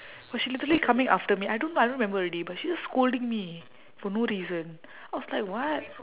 but she literally coming after me I don't know I don't remember already but she just scolding me for no reason I was like what